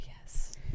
yes